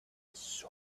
his